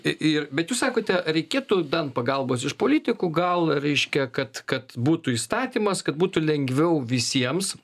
i ir bet jūs sakote reikėtų dan pagalbos iš politikų gal reiškia kad kad būtų įstatymas kad būtų lengviau visiems